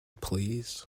please